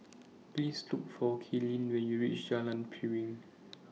Please Look For Kaylin when YOU REACH Jalan Piring